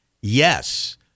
yes